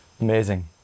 Amazing